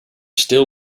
still